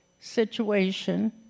situation